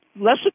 less